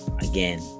again